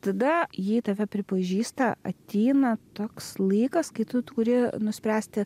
tada jei tave pripažįsta ateina toks laikas kai tu turi nuspręsti